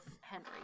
Henry